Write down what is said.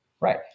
Right